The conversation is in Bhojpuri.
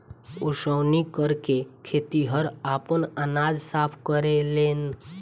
ओसौनी करके खेतिहर आपन अनाज साफ करेलेन